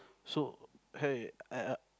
so hey